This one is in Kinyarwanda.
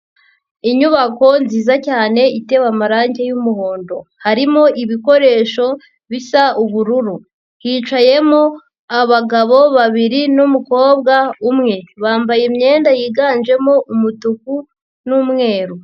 Inyubako nziza cyane itewe amarange y'umuhondo, harimo ibikoresho bisa ubururu, hicayemo abagabo babiri n'umukobwa umwe, bambaye imyenda yiganjemo umutuku n'umweru.